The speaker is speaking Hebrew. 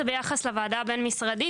ביחס לוועדה הבין-משרדית,